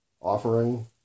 offering